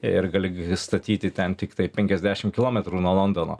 ir gali statyti ten tiktai penkiasdešim kilometrų nuo londono